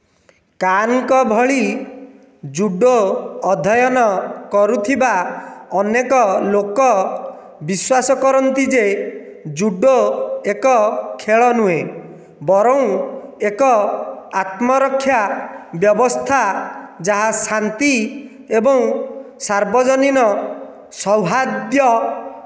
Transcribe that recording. କାନ୍ଙ୍କ ଭଳି ଜୁଡ଼ୋ ଅଧ୍ୟୟନ କରୁଥିବା ଅନେକ ଲୋକ ବିଶ୍ୱାସ କରନ୍ତି ଯେ ଜୁଡ଼ୋ ଏକ ଖେଳ ନୁହେଁ ବରଂ ଏକ ଆତ୍ମରକ୍ଷା ବ୍ୟବସ୍ଥା ଯାହା ଶାନ୍ତି ଏବଂ ସାର୍ବଜନୀନ ସୌହାର୍ଦ୍ଦ୍ୟ